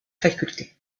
faculté